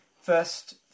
first